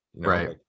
right